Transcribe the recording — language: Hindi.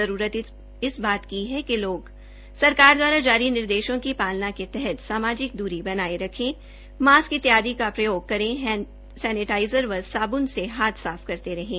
जरूरत इस बात की है कि लोग सरकार दवारा जारी निर्देशों की पालना के तहत सामाजिक दूरी बनाएं रखें मास्क इत्यादि का प्रयोग करें हैंड सैनिटाइजर व साब्न पानी से हाथ साफ करते रहें